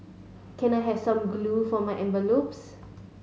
can I have some glue for my envelopes